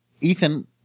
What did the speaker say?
Ethan